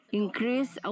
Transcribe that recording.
increase